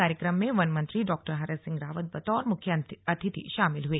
कार्यक्रम में वन मंत्री डॉ हरक सिंह रावत बतौर मुख्य अतिथि शामिल हुए